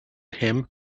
him